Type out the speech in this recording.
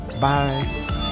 Bye